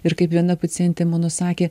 ir kaip viena pacientė mano sakė